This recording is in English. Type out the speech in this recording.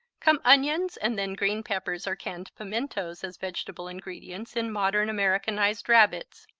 come onions and then green peppers or canned pimientos as vegetable ingredients in modern, americanized rabbits.